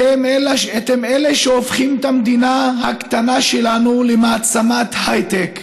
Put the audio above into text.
אתם אלה שהופכים את המדינה הקטנה שלנו למעצמת הייטק,